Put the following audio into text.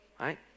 right